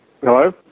Hello